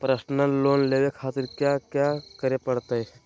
Personal loan लेवे खातिर कया क्या करे पड़तइ?